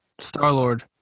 Star-Lord